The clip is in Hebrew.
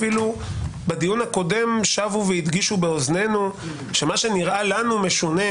אפילו בדיון הקודם שבו והדגישו באוזנינו שמה שנראה לנו משונה,